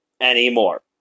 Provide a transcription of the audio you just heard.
anymore